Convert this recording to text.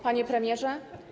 Panie Premierze!